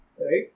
right